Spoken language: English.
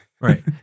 Right